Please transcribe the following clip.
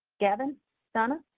gavin donna.